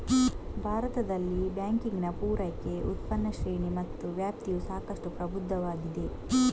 ಭಾರತದಲ್ಲಿ ಬ್ಯಾಂಕಿಂಗಿನ ಪೂರೈಕೆ, ಉತ್ಪನ್ನ ಶ್ರೇಣಿ ಮತ್ತು ವ್ಯಾಪ್ತಿಯು ಸಾಕಷ್ಟು ಪ್ರಬುದ್ಧವಾಗಿದೆ